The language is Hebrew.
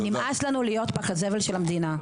נמאס לנו להיות פח הזבל של המדינה.